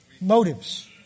motives